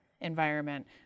environment